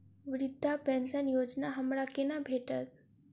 वृद्धा पेंशन योजना हमरा केना भेटत?